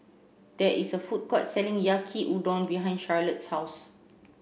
there is a food court selling Yaki Udon behind Charlotte's house